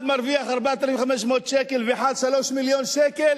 אחד מרוויח 4,500 שקל, ואחד, 3 מיליון שקל.